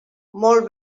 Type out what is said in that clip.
molt